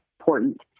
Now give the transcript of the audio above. important